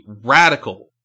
radical